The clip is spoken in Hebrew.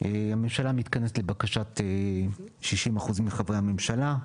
הממשלה מתכנסת לבקשת 60% מחברי הממשלה,